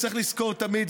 צריך לזכור תמיד,